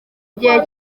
igihe